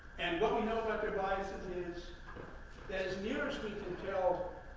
and what we know about their biases is, that as near as we can tell,